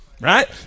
right